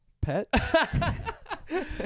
pet